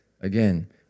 again